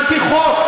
על פי חוק,